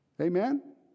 Amen